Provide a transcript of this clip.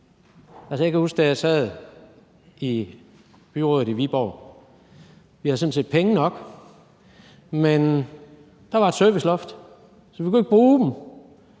Jeg kan huske, da jeg sad i byrådet i Viborg, at vi sådan set havde penge nok, men der var et serviceloft, så vi kunne ikke bruge dem.